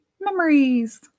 Memories